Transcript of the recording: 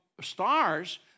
stars